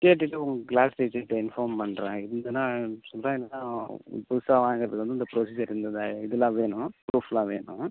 கேட்டுவிட்டு உங்கள் கிளாஸ் டீச்சர்கிட்ட இன்ஃபார்ம் பண்ணுறேன் இல்லைன்னா என்னென்ன புதுசாக வாங்குறதுக்கு வந்து இந்த ப்ரொசிஜர் இந்த இது இதெலாம் வேணும் ப்ரூஃப்லாம் வேணும்